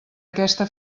aquesta